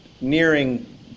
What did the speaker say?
nearing